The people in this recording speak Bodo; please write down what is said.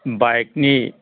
बाइक नि